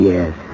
Yes